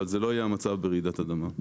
אבל זה לא יהיה המצב ברעידת אדמה.